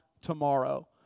tomorrow